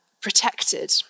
protected